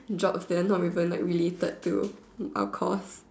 jobs that are not even like related to our course